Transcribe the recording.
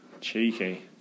Cheeky